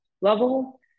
level